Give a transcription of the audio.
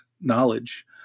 knowledge